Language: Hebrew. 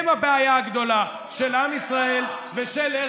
הם הבעיה הגדולה של עם ישראל ושל ארץ ישראל.